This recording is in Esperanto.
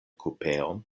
kupeon